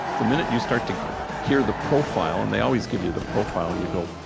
the minute you start to hear the profile, and they always give you the profile, you go,